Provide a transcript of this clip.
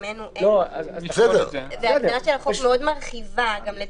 הגדרת החוק מאוד מרחיבה.